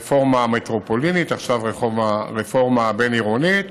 רפורמה מטרופולינית, עכשיו רפורמה בין-עירונית,